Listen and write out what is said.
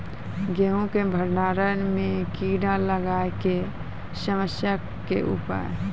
गेहूँ के भंडारण मे कीड़ा लागय के समस्या के उपाय?